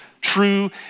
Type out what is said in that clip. true